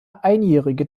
einjährige